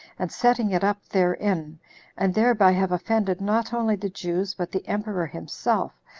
and setting it up therein, and thereby have offended not only the jews, but the emperor himself,